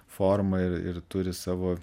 formą ir ir turi savo